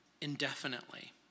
indefinitely